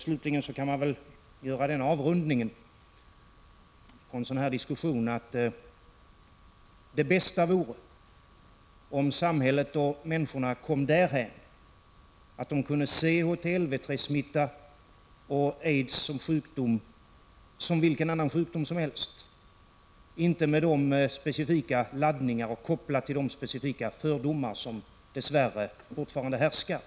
Slutligen kan man väl göra den avrundningen på en sådan här diskussion att det bästa vore om samhället och människorna kom dithän, att de kunde se HTLV-III-smitta och aids som vilken annan sjukdom som helst — inte med de specifika laddningar och den koppling till de specifika fördomar som dess värre fortfarande härskar.